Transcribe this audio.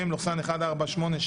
מ/1482